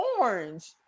orange